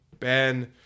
Ben